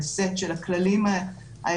על הסט של הכללים העליונים,